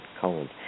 cold